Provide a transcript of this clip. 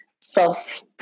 self